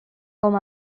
com